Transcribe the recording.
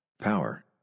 power